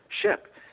ship